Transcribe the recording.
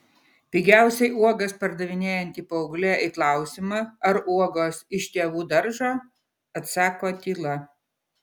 pigiausiai uogas pardavinėjanti paauglė į klausimą ar uogos iš tėvų daržo atsako tyla